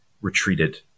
retreated